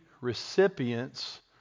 recipients